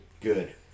good